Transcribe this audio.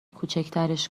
کوچیکترش